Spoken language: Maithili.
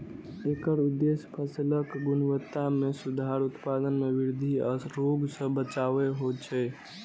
एकर उद्देश्य फसलक गुणवत्ता मे सुधार, उत्पादन मे वृद्धि आ रोग सं बचाव होइ छै